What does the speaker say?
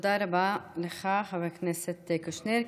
תודה רבה לך, חבר הכנסת קושניר.